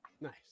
Nice